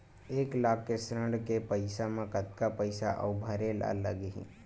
एक लाख के ऋण के पईसा म कतका पईसा आऊ भरे ला लगही?